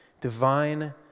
divine